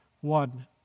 one